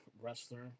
wrestler